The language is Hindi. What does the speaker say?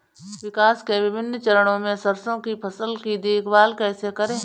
विकास के विभिन्न चरणों में सरसों की फसल की देखभाल कैसे करें?